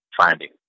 finding